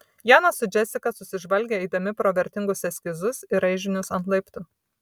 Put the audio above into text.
janas su džesika susižvalgė eidami pro vertingus eskizus ir raižinius ant laiptų